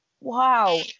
wow